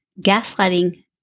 Gaslighting